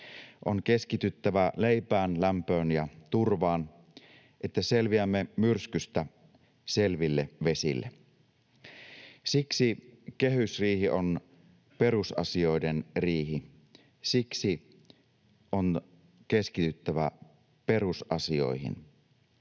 On keskityttävä leipään, lämpöön ja turvaan, että selviämme myrskystä selville vesille. Siksi kehysriihi on perusasioiden riihi. Siksi on keskityttävä perusasioihin.